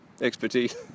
expertise